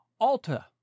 Alta